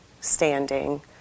standing